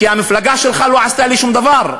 כי המפלגה שלך לא עשתה לי שום דבר,